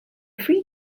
free